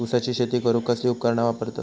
ऊसाची शेती करूक कसली उपकरणा वापरतत?